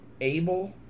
Able